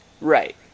Right